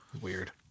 weird